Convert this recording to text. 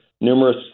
Numerous